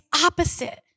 opposite